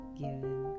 given